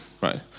right